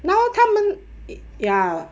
然后他们 it ya